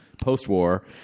post-war